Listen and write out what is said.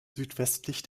südwestlich